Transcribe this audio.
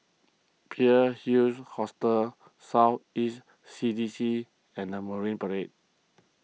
Pearl's Hill Hostel South East C D C and the Marine Parade